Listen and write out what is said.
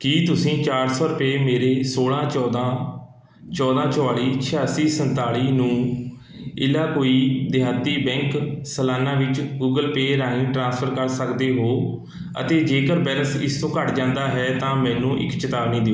ਕੀ ਤੁਸੀਂਂ ਚਾਰ ਸੌ ਰੁਪਏ ਮੇਰੇ ਸੋਲ੍ਹਾਂ ਚੌਦ੍ਹਾਂ ਚੌਦ੍ਹਾਂ ਚੁਤਾਲੀ ਛਿਆਸੀ ਸੰਤਾਲ਼ੀ ਨੂੰ ਏਲਾਕੁਈ ਦੇਹਾਤੀ ਬੈਂਕ ਸਲਾਨਾ ਵਿੱਚ ਗੂਗਲ ਪੇ ਰਾਹੀਂ ਟ੍ਰਾਂਸਫਰ ਕਰ ਸਕਦੇ ਹੋ ਅਤੇ ਜੇਕਰ ਬੈਲੇਂਸ ਇਸ ਤੋਂ ਘੱਟ ਜਾਂਦਾ ਹੈ ਤਾਂ ਮੈਨੂੰ ਇੱਕ ਚੇਤਾਵਨੀ ਦਿਓ